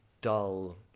dull